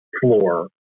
floor